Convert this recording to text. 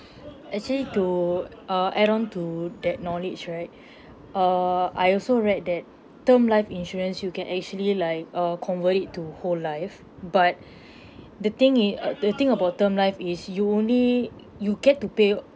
actually to uh add on to that knowledge right err I also read that term life insurance you can actually like uh convert it to whole life but the thing i~ uh the thing about term life is you only you get to pay